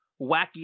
wacky